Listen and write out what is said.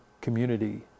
community